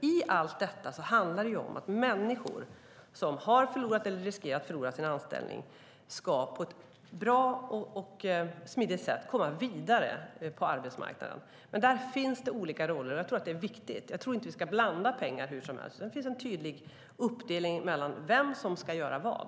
I allt detta handlar det om att människor som har förlorat eller riskerar att förlora sin anställning ska komma vidare på arbetsmarknaden på ett bra och smidigt sätt. Men där finns olika roller, och det är viktigt. Jag tror inte att vi ska blanda pengar hur som helst, utan det finns en tydlig uppdelning när det gäller vem som ska göra vad.